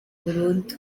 burundu